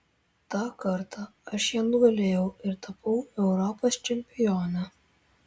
tą kartą aš ją nugalėjau ir tapau europos čempione